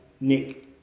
Nick